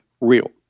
real